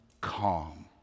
calm